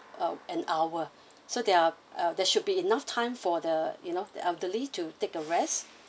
uh an hour so they're uh there should be enough time for the you know the elderly to take a rest